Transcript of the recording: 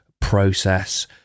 process